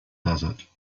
desert